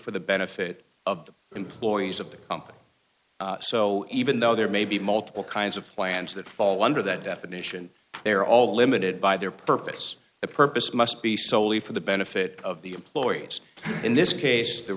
for the benefit of the employees of the company so even though there may be multiple kinds of plans that fall under that definition they are all limited by their purpose a purpose must be solely for the benefit of the employees in this case the